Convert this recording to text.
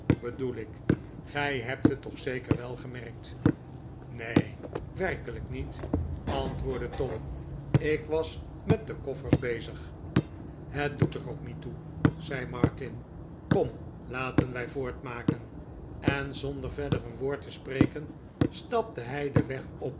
bedoel ik gij hebt het toch zeker wel gemerkt neen werkelijk niet antwoordde tom ik was met de koffers bezig het doet er ook niet toe zei martin kom laten wij voortmaken en zonder verder een woord te spreken stapte hij den weg